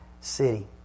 city